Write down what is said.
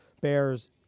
Bears